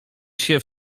się